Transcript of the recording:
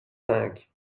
cinq